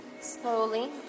slowly